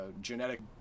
genetic